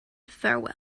farewell